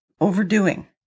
overdoing